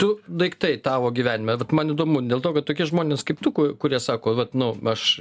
tu daiktai tavo gyvenime vat man įdomu dėl to kad tokie žmonės kaip tu ku kurie sako vat nu aš